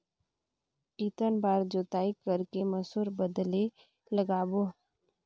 कितन बार जोताई कर के मसूर बदले लगाबो?